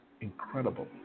incredible